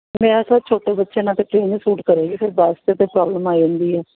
ਮੇਰਾ ਛੋਟੇ ਬੱਚਿਆਂ ਨਾਲ ਤਾਂ ਟ੍ਰੇਨ ਹੀ ਸੂਟ ਕਰੇਗੀ ਫਿਰ ਬੱਸ 'ਚ ਤਾਂ ਪ੍ਰੋਬਲਮ ਆ ਜਾਂਦੀ ਹੈ